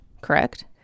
correct